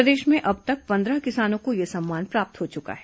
प्रदेश में अब तक पंद्रह किसानों को यह सम्मान प्राप्त हो चुका है